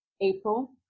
april